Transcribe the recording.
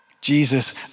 Jesus